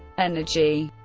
energy